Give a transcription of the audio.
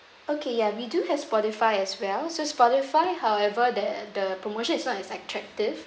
okay yeah we do have spotify as well so spotify however the the promotion is not as attractive